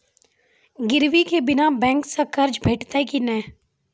गिरवी के बिना बैंक सऽ कर्ज भेटतै की नै?